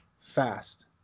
fast